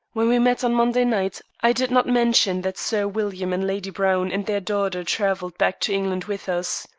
when we met on monday night, i did not mention that sir william and lady browne and their daughter travelled back to england with us.